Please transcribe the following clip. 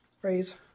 phrase